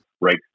Right